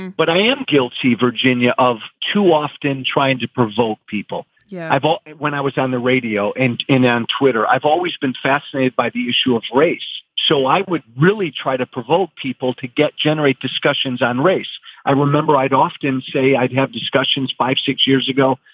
but i am guilty, virginia, of too often trying to provoke people. yeah, i vote when i was on the radio and in on twitter. i've always been fascinated by the issue of race. so i would really try to provoke people to get generate discussions on race i remember i'd often say i'd have discussions five, six years ago.